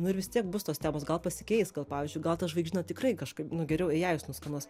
nu ir vis tiek bus tos temos gal pasikeis gal pavyzdžiui gal tą žvaigždyną tikrai kažkaip nu geriau eiajus nuskenuos